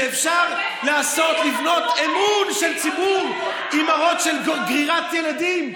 שאפשר לנסות לבנות אמון של ציבור עם מראות של גרירת ילדים?